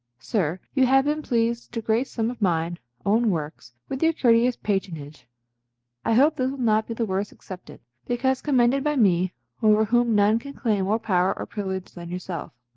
sir, you have been pleased to grace some of mine own works with your courteous patronage i hope this not be the worse accepted, because commended by me over whom none can claim more power or privilege than yourself.